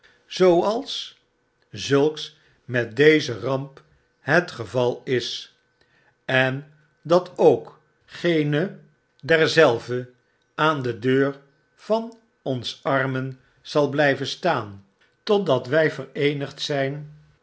zooals zulksmet deze ramp het geval is de geest der kunst en dat ook geene derzelven aan de deur van ons armen zal blyven staan totdat wy vereenigd zyn